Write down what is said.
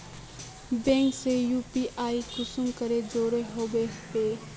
Bank से UPI कुंसम करे जुड़ो होबे बो?